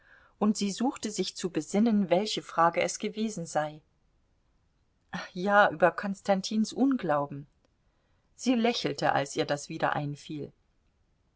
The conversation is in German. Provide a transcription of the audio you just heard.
und sie suchte sich zu besinnen welche frage es gewesen sei ja über konstantins unglauben sie lächelte als ihr das wieder einfiel